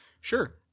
Sure